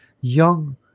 young